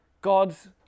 God's